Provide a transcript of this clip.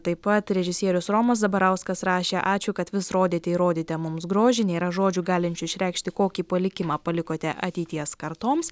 taip pat režisierius romas zabarauskas rašė ačiū kad vis rodėte ir rodėte mums grožį nėra žodžių galinčių išreikšti kokį palikimą palikote ateities kartoms